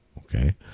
Okay